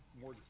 more